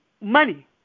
money